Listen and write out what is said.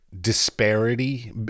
disparity